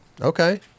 Okay